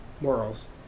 morals